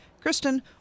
kristen